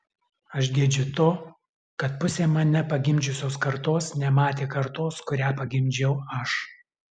aš gedžiu to kad pusė mane pagimdžiusios kartos nematė kartos kurią pagimdžiau aš